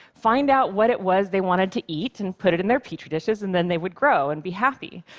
find out what it was they wanted to eat and put it in their petri dishes, and then they would grow and be happy.